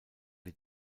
die